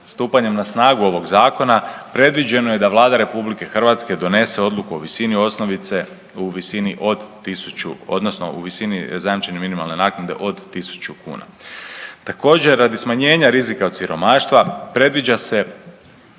na snagu ovog zakona, predviđeno je da Vlada RH donese odluku o visini osnovice u visini od 1000, odnosno u visini zajamčene minimalne naknade od 1000 kuna. Također, radi smanjenja rizika od siromaštva predviđa se